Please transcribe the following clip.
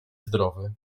zdrowy